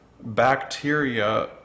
bacteria